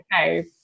okay